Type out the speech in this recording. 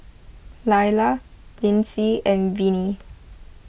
Laila Linsey and Vinnie